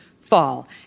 fall